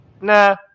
nah